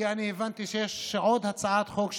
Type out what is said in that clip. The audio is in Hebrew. הבנתי שיש עוד הצעת חוק,